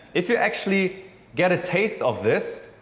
if you actually get a taste of this,